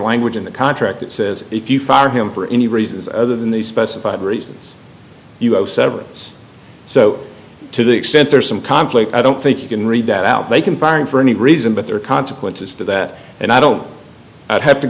language in the contract that says if you fire him for any reasons other than the specified reasons you have severance so to the extent there is some conflict i don't think you can read that out they can find for any reason but there are consequences to that and i don't have to